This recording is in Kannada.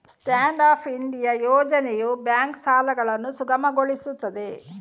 ಸ್ಟ್ಯಾಂಡ್ ಅಪ್ ಇಂಡಿಯಾ ಯೋಜನೆಯು ಬ್ಯಾಂಕ್ ಸಾಲಗಳನ್ನು ಸುಗಮಗೊಳಿಸುತ್ತದೆ